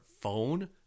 phone